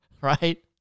right